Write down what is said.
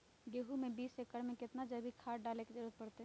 गेंहू में बीस एकर में कितना जैविक खाद डाले के जरूरत है?